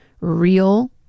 real